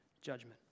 judgment